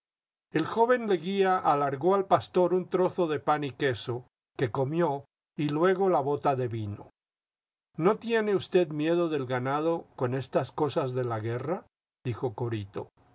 el joven leguía alargó al pastor un trozo de pan y queso que comió y luego la bota de vino ino tiene usted miedo del ganado con estas cosas de la guerra dijo corito